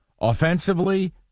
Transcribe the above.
Offensively